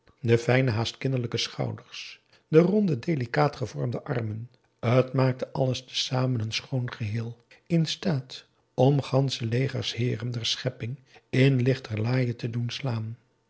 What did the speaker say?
de fijne haast kinderlijke schouders de ronde delicaat gevormde armen t maakte alles te zamen een schoon geheel in staat om gansche legers heeren der schepping in lichterlaaie te doen slaan